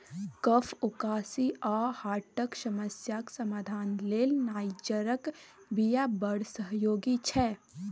कफ, उकासी आ हार्टक समस्याक समाधान लेल नाइजरक बीया बड़ सहयोगी छै